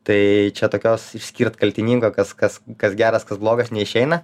tai čia tokios išskirt kaltininko kas kas kas geras kas blogas neišeina